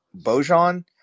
bojan